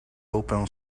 open